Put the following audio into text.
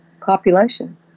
population